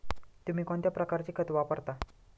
तुम्ही कोणत्या प्रकारचे खत वापरता?